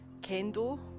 kendo